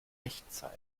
echtzeit